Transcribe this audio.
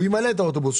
הוא ימלא את האוטובוס,